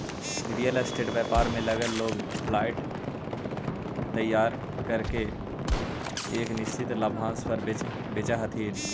real estate व्यापार में लगल लोग फ्लाइट तैयार करके एक निश्चित लाभांश पर बेचऽ हथी